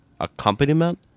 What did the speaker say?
accompaniment